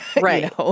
Right